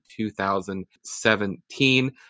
2017